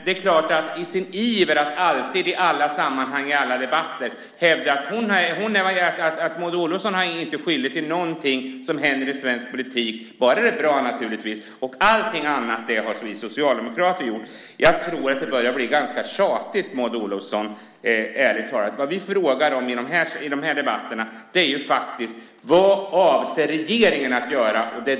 I sin iver att alltid i alla sammanhang i alla debatter hävda att hon inte är skyldig till något i svensk politik, förutom det som är bra förstås, skyller Maud Olofsson allt på oss socialdemokrater. Det börjar ärligt talat bli ganska tjatigt. Det vi frågar om i debatten är vad regeringen avser att göra.